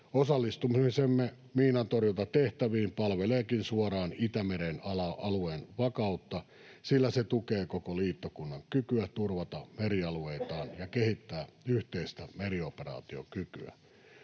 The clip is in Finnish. Osallistumisemme miinantorjuntatehtäviin palveleekin suoraan Itämeren alueen vakautta, sillä se tukee koko liittokunnan kykyä turvata merialueitaan ja kehittää yhteistä merioperaatiokykyä.